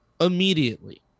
Immediately